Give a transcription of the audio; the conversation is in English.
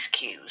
cues